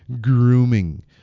grooming